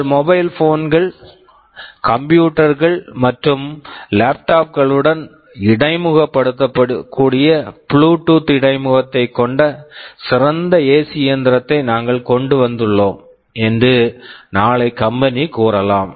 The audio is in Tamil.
உங்கள் மொபைல் போன் mobile phone கள் கம்ப்யூட்டர் computer கள் மற்றும் லேப்டாப் laptop களுடன் இடைமுகப்படுத்தக்கூடிய புளூடூத் இடைமுகத்தைக் கொண்ட சிறந்த ஏசி இயந்திரத்தை நாங்கள் கொண்டு வந்துள்ளோம் என்று நாளை கம்பெனி company கூறலாம்